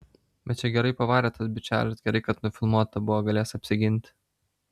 bet čia gerai pavarė tas bičelis gerai kad nufilmuota buvo galės apsiginti